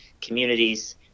communities